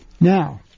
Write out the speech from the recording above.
Now